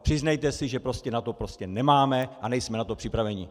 Přiznejte si, že prostě na to nemáme a nejsme na to připraveni.